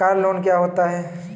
Car loan क्या होता है?